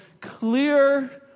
clear